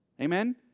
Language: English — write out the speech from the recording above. Amen